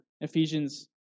Ephesians